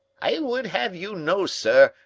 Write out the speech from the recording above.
i would have you know, sir,